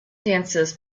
dances